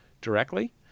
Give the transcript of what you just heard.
directly